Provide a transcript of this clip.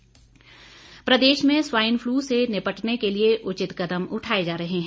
swine flu प्रदेश में swine flu से निपटने के लिए उचित कदम उठाए जा रहे हैं